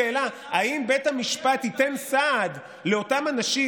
ואז נשאלת השאלה: האם בית המשפט ייתן סעד לאותם אנשים